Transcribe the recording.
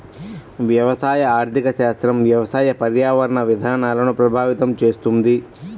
వ్యవసాయ ఆర్థిక శాస్త్రం వ్యవసాయ, పర్యావరణ విధానాలను ప్రభావితం చేస్తుంది